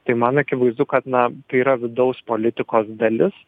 tai man akivaizdu kad na tai yra vidaus politikos dalis